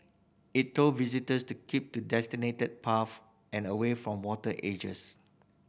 it told visitors to keep to designated paths and away from water edges